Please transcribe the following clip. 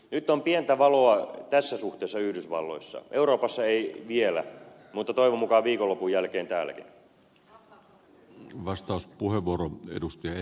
nyt on pientä valoa tässä suhteessa yhdysvalloissa euroopassa ei vielä mutta toivon mukaan viikonlopun jälkeen täälläkin